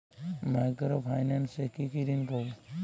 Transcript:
Micro finance এ কি কি ঋণ পাবো?